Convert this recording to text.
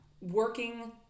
working